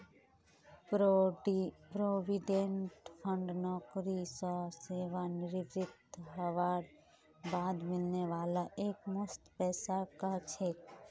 provident fund नौकरी स सेवानृवित हबार बाद मिलने वाला एकमुश्त पैसाक कह छेक